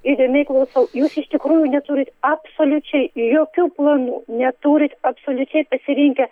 įdėmiai klausau jūs iš tikrųjų neturit absoliučiai jokių planų neturit absoliučiai pasirinkę